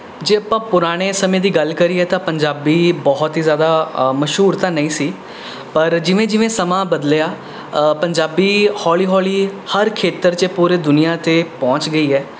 ਜੇ ਆਪਾਂ ਪੁਰਾਣੇ ਸਮੇਂ ਦੀ ਗੱਲ ਕਰੀਏ ਤਾਂ ਪੰਜਾਬੀ ਬਹੁਤ ਹੀ ਜ਼ਿਆਦਾ ਮਸ਼ਹੂਰ ਤਾਂ ਨਹੀਂ ਸੀ ਪਰ ਜਿਵੇਂ ਜਿਵੇਂ ਸਮਾਂ ਬਦਲਿਆ ਪੰਜਾਬੀ ਹੌਲੀ ਹੌਲੀ ਹਰ ਖੇਤਰ 'ਚ ਪੂਰੇ ਦੁਨੀਆ 'ਤੇ ਪਹੁੰਚ ਗਈ ਹੈ